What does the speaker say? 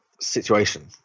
situation